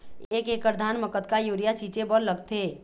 एक एकड़ धान म कतका यूरिया छींचे बर लगथे?